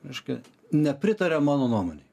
reiškia nepritaria mano nuomonei